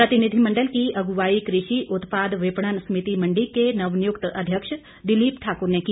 प्रतिनिधिमंडल की अगुवाई कृषि उत्पाद विपणन समिति मंडी के नव नियुक्त अध्यक्ष दिलीप ठाकुर ने की